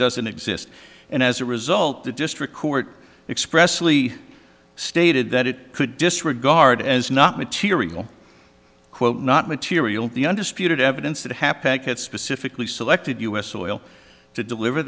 doesn't exist and as a result the district court expressly stated that it could disregard as not material quote not material the undisputed evidence that happened that specifically selected us oil to deliver